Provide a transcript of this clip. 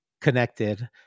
connected